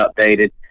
updated